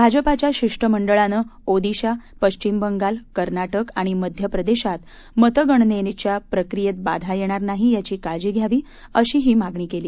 भाजपाच्या शिष्टमंडळानं ओदिशा पश्चिम बंगाल कर्नाटक आणि मध्य प्रदेशात मतगणनेच्या प्रक्रियेत बाधा येणार नाही याची काळजी घ्यावी अशीही मागणी केली